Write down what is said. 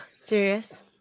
Serious